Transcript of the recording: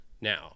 Now